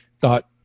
thought